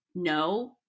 No